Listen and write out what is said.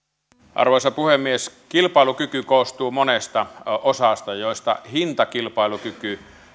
arvoisa puhemies kilpailukyky koostuu monesta osasta joista hintakilpailukyky